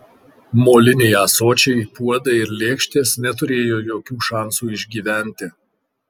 moliniai ąsočiai puodai ir lėkštės neturėjo jokių šansų išgyventi